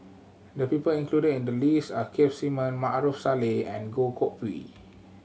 the people included in the list are Keith Simmon Maarof Salleh and Goh Koh Pui